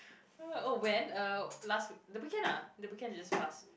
oh when uh last the weekend lah the weekend is just passed